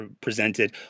presented